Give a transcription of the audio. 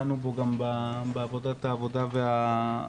דנו בו גם בוועדת העבודה והרווחה,